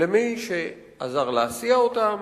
למי שעזר להסיע אותם